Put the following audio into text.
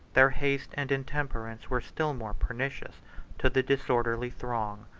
their haste and intemperance were still more pernicious to the disorderly throng.